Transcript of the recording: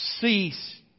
cease